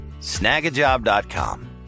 Snagajob.com